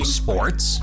sports